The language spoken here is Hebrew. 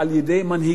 אני ראיתי,